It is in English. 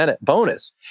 bonus